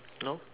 nope